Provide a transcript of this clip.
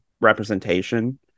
representation